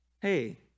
hey